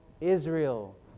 Israel